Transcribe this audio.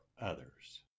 others